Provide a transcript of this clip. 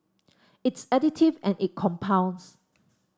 it's additive and it compounds